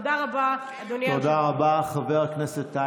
תודה רבה, אדוני היושב-ראש.